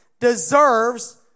Deserves